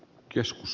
keskus